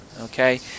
okay